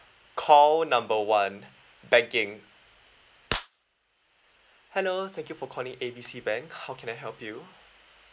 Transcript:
call number one banking hello thank you for calling A B C bank how can I help you